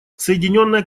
соединенное